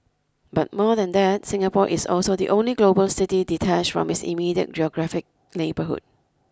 but more than that Singapore is also the only global city detached from its immediate geographic neighbourhood